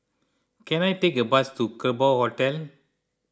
can I take a bus to Kerbau Hotel